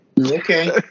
Okay